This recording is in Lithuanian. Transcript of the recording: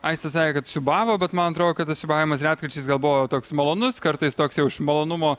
aistė sakė kad siūbavo bet man atro kad tas siūbavimas retkarčiais gal buvo toks malonus kartais toks jau iš malonumo